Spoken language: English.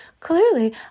Clearly